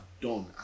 done